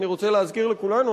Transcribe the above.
אני רוצה להזכיר לכולנו,